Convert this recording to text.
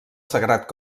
sagrat